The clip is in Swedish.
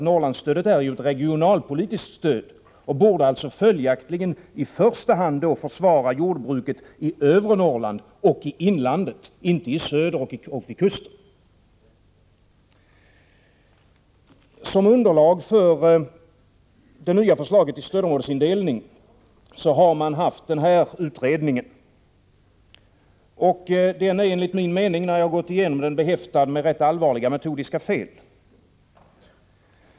Norrlandsstödet är ju ett regionalpolitiskt stöd och borde följaktligen i första hand användas för att försvara jordbruket i övre Norrland och i inlandet, inte i söder och vid kusten. Som underlag för det nya förslaget om stödområdesindelning har man haft utredningen Merkostnader för jordbruket i norra Sverige. Den är enligt min mening -— jag har gått igenom den — behäftad med ganska allvarliga metodiska fel.